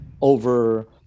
over